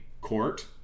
court